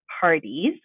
parties